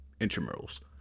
intramurals